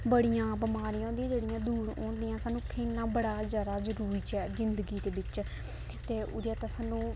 बड़ियां बमारियां होंदियां जेह्ड़ियां दूर होंदियां सानूं खेलना बड़ा जादा जरूरी ऐ जिन्दगी दे बिच्च ते ओह्दे आस्तै सानूं